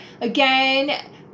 Again